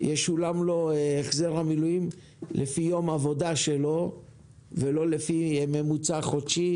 ישולם לו החזר המילואים לפי יום עבודה שלו ולא לפי ממוצע חודשי,